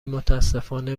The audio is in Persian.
متأسفانه